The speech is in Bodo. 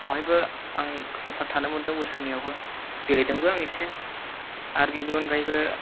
बेवहायबो आं किपार थानो मोनदों बोसोरनैआवबो गेलेदोंबो आं एसे आरो बेनि अनगायैबो